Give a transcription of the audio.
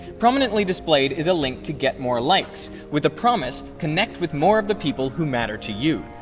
prominently displayed is a link to get more likes with the promise connect with more of the people who matter to you.